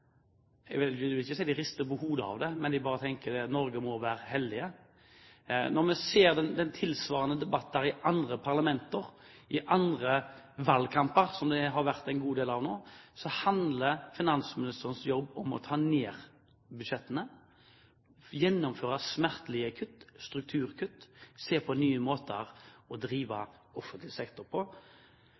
jeg vil ikke si at de rister på hodet av det der, men de tenker vel bare at Norge må være heldig. Når vi ser tilsvarende debatter i andre parlamenter, i andre valgkamper – som det har vært en god del av nå – handler finansministerens jobb om å ta ned budsjettene, gjennomføre smertelige kutt, strukturkutt, se på nye måter å drive offentlig sektor på. Det har vi altså sluppet i Norge på